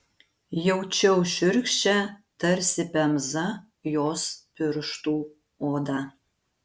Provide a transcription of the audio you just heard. jaučiau šiurkščią tarsi pemza jos pirštų odą